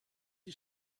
you